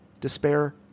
despair